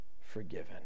forgiven